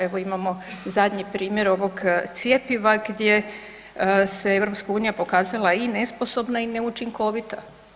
Evo imamo zadnji primjer ovog cjepiva gdje se EU pokazala i nesposobna i neučinkovita.